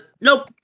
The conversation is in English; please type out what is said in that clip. nope